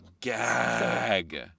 gag